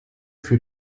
für